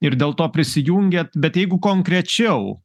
ir dėl to prisijungėt bet jeigu konkrečiau